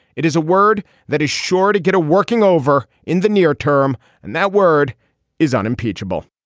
it is a word that is sure to get a working over in the near term and that word is unimpeachable